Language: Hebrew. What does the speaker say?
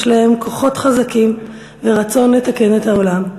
יש להם כוחות חזקים ורצון לתקן את העולם.